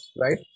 right